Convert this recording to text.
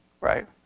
Right